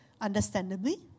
understandably